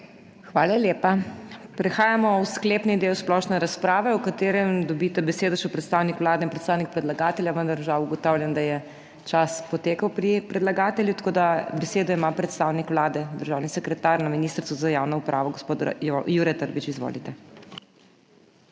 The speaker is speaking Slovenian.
Hvala lepa. Prehajamo v sklepni del splošne razprave, v katerem dobita besedo še predstavnik Vlade in predstavnik predlagatelja, vendar žal ugotavljam, da je čas potekel pri predlagatelju, tako da besedo ima predstavnik Vlade, državni sekretar na Ministrstvu za javno upravo, gospod Jure Trbič. Izvolite.